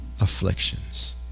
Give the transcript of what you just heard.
afflictions